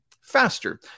faster